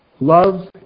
Love